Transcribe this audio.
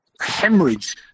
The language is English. hemorrhage